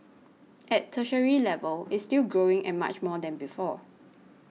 at tertiary level it's still growing and much more than before